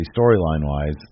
storyline-wise